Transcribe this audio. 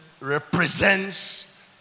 represents